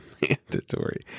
mandatory